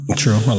true